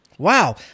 Wow